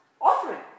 offering